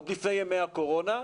עוד לפני ימי הקורונה,